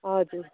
हजुर